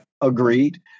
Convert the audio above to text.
agreed